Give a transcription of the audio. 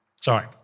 sorry